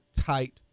tight